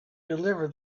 deliver